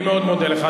אני מאוד מודה לך.